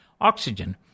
oxygen